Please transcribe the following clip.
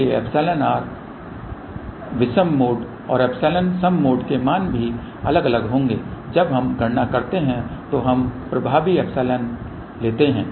इसलिए एप्सिलॉन विषम मोड और एप्सिलॉन सम मोड के मान भी अलग अलग होंगे जब हम गणना करते हैं तो हम प्रभावी एप्सिलॉन लेते हैं